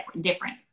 different